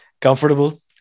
comfortable